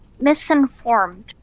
misinformed